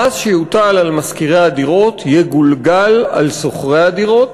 המס שיוטל על משכירי הדירות יגולגל על שוכרי הדירות,